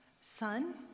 sun